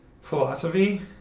philosophy